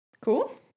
Cool